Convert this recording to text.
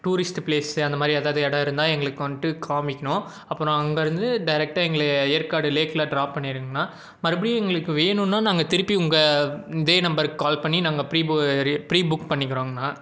tourist place அந்த மாதிரி எதாவது இடோம் இருந்தா எங்களுக்கு வந்துட்டு காமிக்கணும் அப்புறோம் அங்கே இருந்து டேரெக்ட்டாக எங்களை ஏற்காடு லேக்கில் ட்ராப் பண்ணிருங்க அண்ணா மறுபடியும் எங்களுக்கு வேணும்னா நாங்கள் திருப்பி உங்கள் இதே நம்பருக்கு கால் பண்ணி நாங்கள் பிரீ புக் பண்ணிக்கிறோங்க அண்ணா